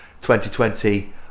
2020